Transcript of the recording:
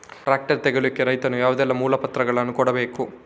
Tractor ತೆಗೊಳ್ಳಿಕೆ ರೈತನು ಯಾವುದೆಲ್ಲ ಮೂಲಪತ್ರಗಳನ್ನು ಕೊಡ್ಬೇಕು?